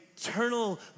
eternal